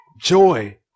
Joy